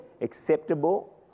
acceptable